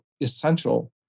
essential